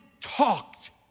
talked